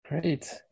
Great